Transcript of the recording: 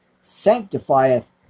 sanctifieth